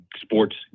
sports